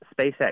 SpaceX